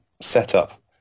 setup